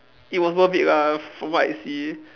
it was worth it lah from what I see